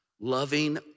loving